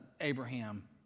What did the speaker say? Abraham